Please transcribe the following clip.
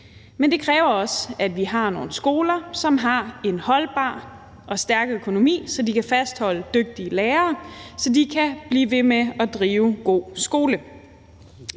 Men det kræver også, at vi har nogle skoler, som har en holdbar og stærk økonomi, så de kan fastholde dygtige lærere, sådan at de kan blive ved med at drive en god skole.